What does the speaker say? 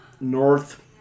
North